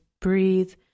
breathe